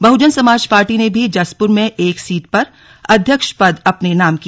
बहुजन Samaj Party ने भी जसपुर में एक सीट पर अध्यक्ष पद अपने नाम किया